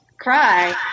cry